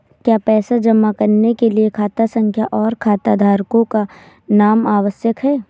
क्या पैसा जमा करने के लिए खाता संख्या और खाताधारकों का नाम आवश्यक है?